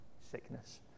sickness